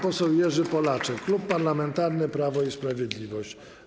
Pan poseł Jerzy Polaczek, Klub Parlamentarny Prawo i Sprawiedliwość.